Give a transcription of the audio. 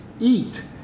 eat